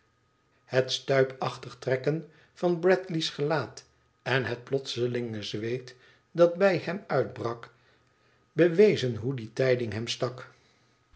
het stuimpachtige trekken van bradley's gelaat en het plotselinge zweet dat bij hem uitbrak bewezen hoe die tijding hem stak